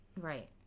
Right